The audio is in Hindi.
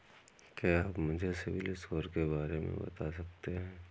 क्या आप मुझे सिबिल स्कोर के बारे में बता सकते हैं?